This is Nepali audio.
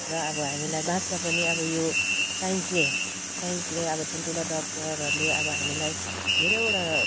र अब हामीलाई बाँच्न पनि अब यो साइन्सले साइन्सले अब ठुलठुलो डाक्टरहरूले अब हामीलाई धेरैवटा